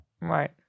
Right